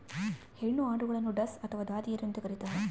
ಹೆಣ್ಣು ಆಡುಗಳನ್ನು ಡಸ್ ಅಥವಾ ದಾದಿಯರು ಅಂತ ಕರೀತಾರ